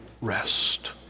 rest